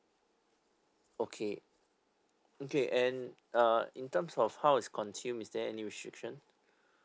okay okay and uh in terms of how it's consumed is there any restriction